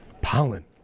Pollen